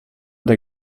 der